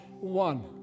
One